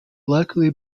likely